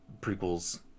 prequels